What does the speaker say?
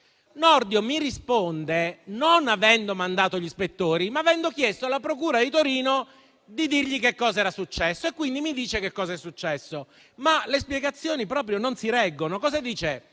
Nordio mi risponde non di aver mandato gli ispettori, ma di aver chiesto alla procura di Torino di dirgli che cosa era successo e quindi mi dice che cosa è successo, ma le spiegazioni proprio non si reggono. Cosa dice